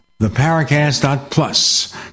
theparacast.plus